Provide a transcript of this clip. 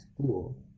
school